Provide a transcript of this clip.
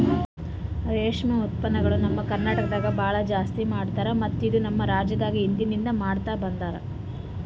ರೇಷ್ಮೆ ಉತ್ಪನ್ನಗೊಳ್ ನಮ್ ಕರ್ನಟಕದಾಗ್ ಭಾಳ ಜಾಸ್ತಿ ಮಾಡ್ತಾರ ಮತ್ತ ಇದು ನಮ್ ರಾಜ್ಯದಾಗ್ ಹಿಂದಿನಿಂದ ಮಾಡ್ತಾ ಬಂದಾರ್